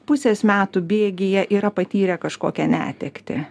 pusės metų bėgyje yra patyrę kažkokią netektį